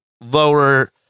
lower